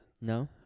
No